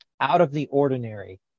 out-of-the-ordinary